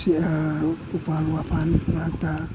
ꯎꯄꯥꯟ ꯋꯥꯄꯥꯟ ꯃꯔꯛꯇ